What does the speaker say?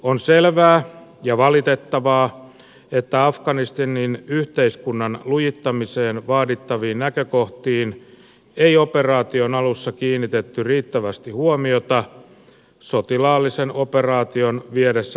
on selvää ja valitettavaa että afganistanin yhteiskunnan lujittamiseen vaadittaviin näkökohtiin ei operaation alussa kiinnitetty riittävästi huomiota sotilaallisen operaation viedessä päähuomion